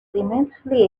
immensely